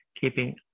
keeping